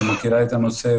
שמכירה את הנושא,